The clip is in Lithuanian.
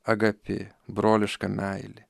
agapė broliška meilė